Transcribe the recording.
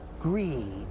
Greed